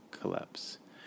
collapse